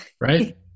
right